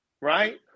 right